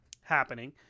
happening